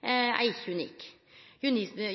er ikkje unik.